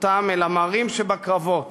אותם אל המרים שבקרבות